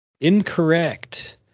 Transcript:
Incorrect